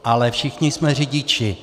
Ale všichni jsme řidiči.